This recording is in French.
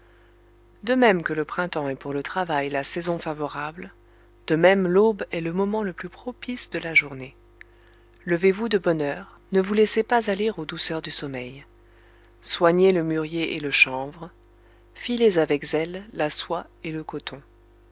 de même que le printemps est pour le travail la saison favorable de même l'aube est le moment le plus propice de la journée levez-vous de bonne heure ne vous laissez pas aller aux douceurs du sommeil soignez le mûrier et le chanvre filez avec zèle la soie et le coton